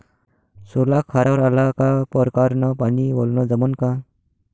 सोला खारावर आला का परकारं न पानी वलनं जमन का?